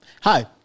Hi